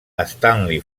stanley